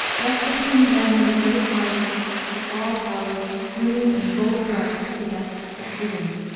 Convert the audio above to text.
rested him then the great-hearted the hall towered roomy and gold-bright, the guest slept within.